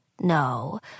No